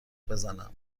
بزنم